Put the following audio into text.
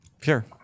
Sure